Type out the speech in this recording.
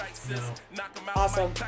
Awesome